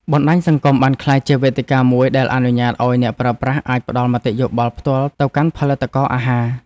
បណ្តាញសង្គមបានក្លាយជាវេទិកាមួយដែលអនុញ្ញាតឱ្យអ្នកប្រើប្រាស់អាចផ្តល់មតិយោបល់ផ្ទាល់ទៅកាន់ផលិតករអាហារ។